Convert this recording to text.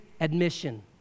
admission